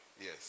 Yes